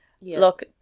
Look